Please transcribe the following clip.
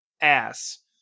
ass